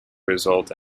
result